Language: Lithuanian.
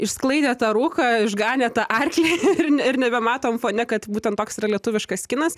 išsklaidė tą rūką išganė tą arklį ir ir nebematom fone kad būten toks yra lietuviškas kinas